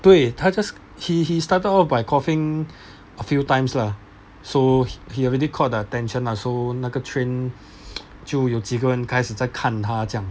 对他 just he started off by coughing a few times lah so he already caught the attention lah so 那个 train 就有几个人开始在看他这样